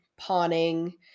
pawning